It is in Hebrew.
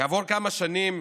כעבור כמה שנים,